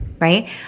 Right